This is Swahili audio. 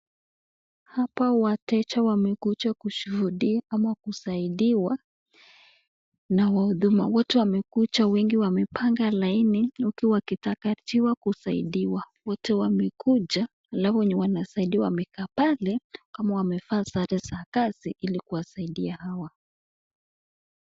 Hapa wateja wamekuja kushuudi ama kusaidiwa na wanahuduma wote wamekuja wengi wamepanga laini mtu akitaka kusaidiwa wote wamekuja alafu wanasaidiwa pale wamefaa sare sa kazi kuwasaidia hawa